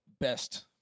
Best